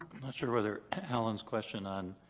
i'm not sure whether allen's question on.